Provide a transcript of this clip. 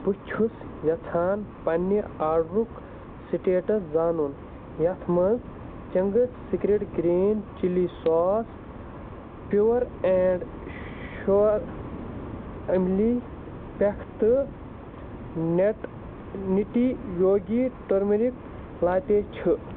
بہٕ چھُس یژھان پنٛنہِ آڈرُک سِٹیٹَس زانُن یَتھ منٛز چَنٛگٕس cigarette green chilli sauce pure and sure أملی پٮ۪ختہٕ نٮ۪ٹ نِٹی یوگی ٹٔرمٔرِک لاتے چھُ